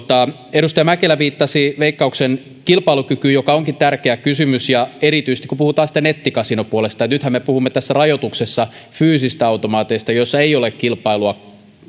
edustaja mäkelä viittasi veikkauksen kilpailukykyyn joka onkin tärkeä kysymys ja erityisesti kun puhutaan nettikasinopuolesta nythän me puhumme tässä rajoituksessa fyysisistä automaateista joissa ei ole kilpailua